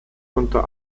unter